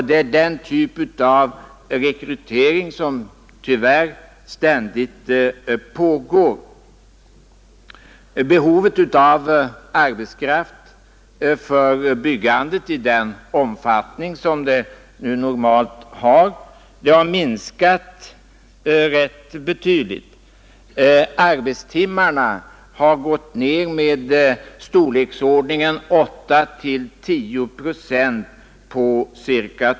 Det är en typ av rekrytering som tyvärr ständigt pågår. Behovet av arbetskraft för byggandet, i den omfattning som detta nu normalt har, har minskat rätt betydligt. Minskningen av antalet arbetstimmar har på ca två år varit av storleksordningen 8—10 procent.